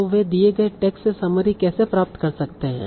तो वे दिए गए टेक्स्ट से समरी कैसे प्राप्त कर सकते हैं